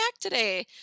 today